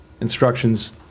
instructions